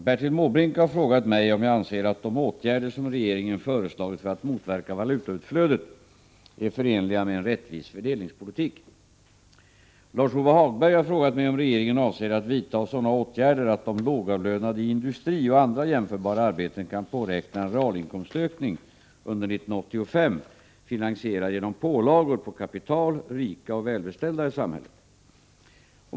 Herr talman! Bertil Måbrink har frågat mig om jag anser att de åtgärder som regeringen föreslagit för att motverka valutautflödet är förenliga med en rättvis fördelningspolitik. Lars-Ove Hagberg har frågat mig om regeringen avser att vidta sådana åtgärder att de lågavlönade i industriarbete och andra jämförbara arbeten kan påräkna en realinkomstökning under 1985 finansierad genom pålagor på kapital, rika och välbeställda i samhället.